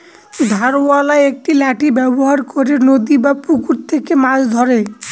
ধারওয়ালা একটি লাঠি ব্যবহার করে নদী বা পুকুরে থেকে মাছ ধরে